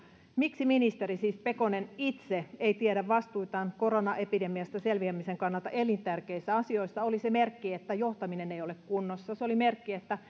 miksi ministeri siis pekonen itse ei tiedä vastuitaan koronaepidemiasta selviämisen kannalta elintärkeissä asioissa oli se merkki että johtaminen ei ole kunnossa se oli merkki että